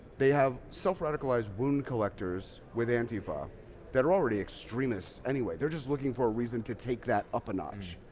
they have self-radicalized wound collectors with antifa that are already extremists anyway. they're just looking for a reason to take that up a notch.